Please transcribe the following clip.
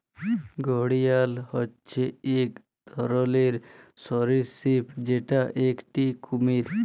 ঘড়িয়াল হচ্যে এক ধরলর সরীসৃপ যেটা একটি কুমির